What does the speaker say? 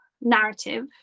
narrative